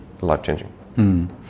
life-changing